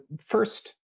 first